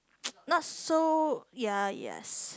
not so ya yes